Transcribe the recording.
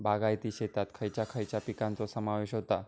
बागायती शेतात खयच्या खयच्या पिकांचो समावेश होता?